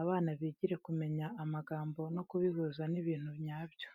abana bigire kumenya amagambo no kubihuza n’ibintu nyabyo.